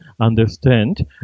understand